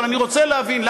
אבל אני רוצה להבין,